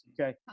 Okay